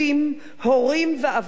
הורים ואבודים,